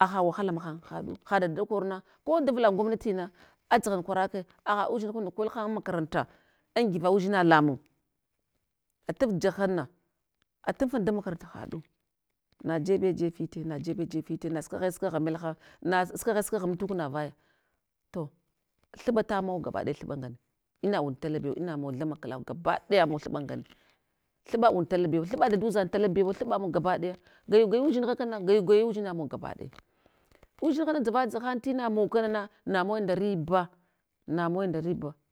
haha wahala mahan haɗu, ha dada da korna ko davla gwamnatina, adzaghal kwarake, haha udzinhunda kolhan an makaranta, angiva udzina lamun, ataf jahanna, atanfal dan makaranta haɗu, najeɗe jeɗ fite na jeɗe jeɗ fite, na sukwaghe sukwagha melha na sukwaghe sukwagha amtuk na vaya, to thuɓa tamawa gabadaya thuɓa ngane, ina und tala bew, thuɓba mun gaba daya. Gayu gaya udzinha kanana, gayugaya udzina mawa gabadaya, udzinhaha dzavazahan ina mog kana na, namuwe nda riba, namuwe nda riba.